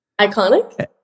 Iconic